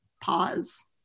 Pause